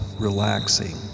relaxing